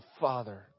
Father